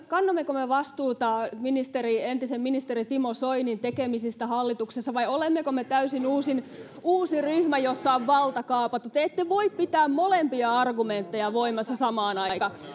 kannammeko me vastuuta entisen ministerin timo soinin tekemisistä hallituksessa vai olemmeko me täysin uusi ryhmä jossa on valta kaapattu te te ette voi pitää molempia argumentteja voimassa samaan aikaan